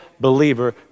believer